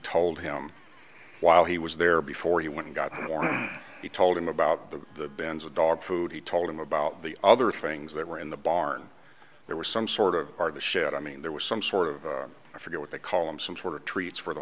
told him while he was there before he went and got him warm he told him about the bands of dog food he told him about the other things that were in the barn there were some sort of hard to shed i mean there was some sort of i forget what the column some sort of treats for the